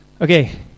Okay